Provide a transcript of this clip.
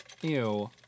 Ew